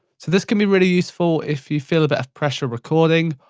so this can be really useful if you feel a bit of pressure recording,